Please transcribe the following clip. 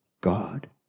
God